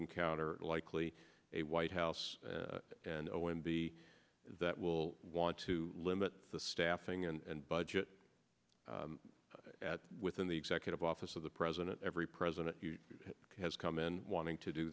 encounter likely a white house and o m b that will want to limit the staffing and budget within the executive office of the president every president has come in wanting to do